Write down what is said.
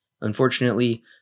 Unfortunately